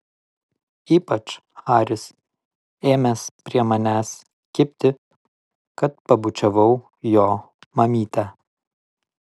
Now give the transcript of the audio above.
ypač haris ėmęs prie manęs kibti kad pabučiavau jo mamytę